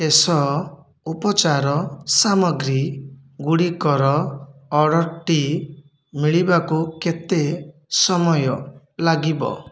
କେଶ ଉପଚାର ସାମଗ୍ରୀ ଗୁଡ଼ିକର ଅର୍ଡ଼ର୍ଟି ମିଳିବାକୁ କେତେ ସମୟ ଲାଗିବ